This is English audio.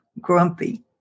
grumpy